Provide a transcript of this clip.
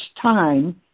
time